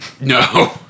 no